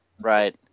Right